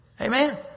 Amen